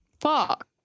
Fuck